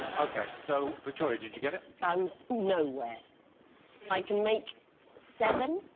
okay, so victoria, did you get it i'm nowhere i can make seven